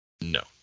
No